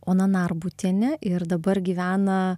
ona narbutienė ir dabar gyvena